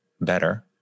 better